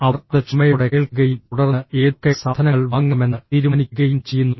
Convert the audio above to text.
അവർ അത് ക്ഷമയോടെ കേൾക്കുകയും തുടർന്ന് ഏതൊക്കെ സാധനങ്ങൾ വാങ്ങണമെന്ന് തീരുമാനിക്കുകയും ചെയ്യുന്നു